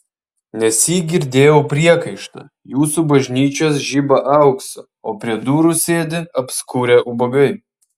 nesyk girdėjau priekaištą jūsų bažnyčios žiba auksu o prie durų sėdi apskurę ubagai